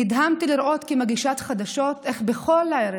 נדהמתי לראות כמגישה חדשות איך בכל ערב